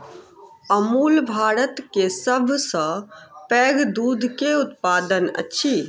अमूल भारत के सभ सॅ पैघ दूध के उत्पादक अछि